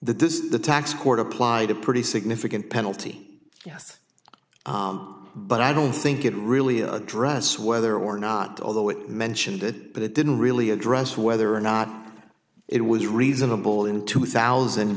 that this is the tax court applied a pretty significant penalty yes but i don't think it really address whether or not although it mentioned that but it didn't really address whether or not it was reasonable in two thousand